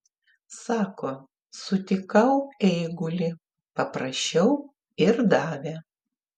sako sutikau eigulį paprašiau ir davė